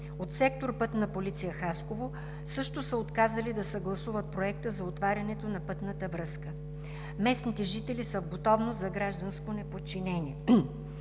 От сектор „Пътна полиция“ Хасково също са отказали да съгласуват проекта за отварянето на пътната връзка. Местните жители са в готовност за гражданско неподчинение